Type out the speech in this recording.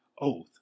oath